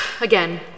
again